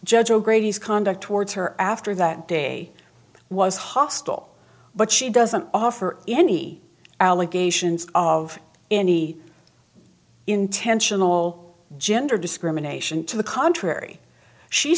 judge o'grady's conduct towards her after that day was hostile but she doesn't offer any allegations of any intentional gender discrimination to the contrary she